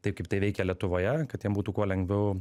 tai kaip tai veikia lietuvoje kad jiem būtų kuo lengviau